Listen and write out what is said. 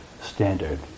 standard